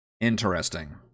Interesting